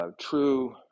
true